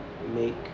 Make